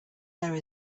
there